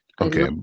Okay